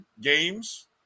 games